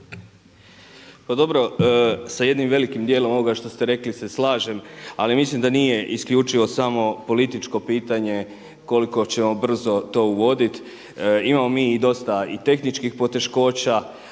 Pa dobro, sa jednim velikim dijelom ovoga što ste rekli se slažem ali mislim da nije isključivo samo političko pitanje koliko ćemo brzo to uvoditi. Imamo mi dosta i tehničkih poteškoća.